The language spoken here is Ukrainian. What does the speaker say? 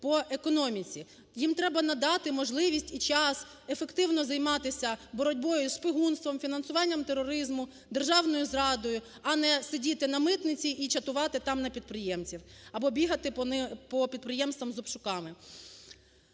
по економіці, їм треба надати можливість і час ефективно займатися боротьбою із шпигунством, фінансуванням тероризму, державною зрадою, а не сидіти на митниці і чатувати там на підприємців або бігати по підприємствах з обшуками.